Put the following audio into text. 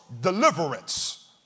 deliverance